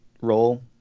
role